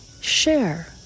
share